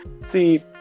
see